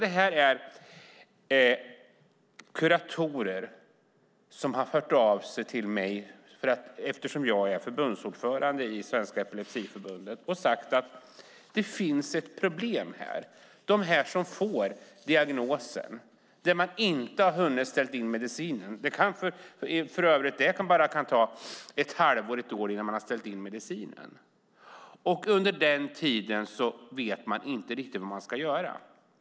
Det är kuratorer som har hört av sig till mig eftersom jag är förbundsordförande i Svenska Epilepsiförbundet och sagt att det finns ett problem. Det gäller dem som har fått diagnosen men som ännu inte har kunnat ställa in medicineringen. Det kan ta ett halvår eller ett år innan man har ställt in den, och under den tiden vet man inte riktigt vad man ska göra.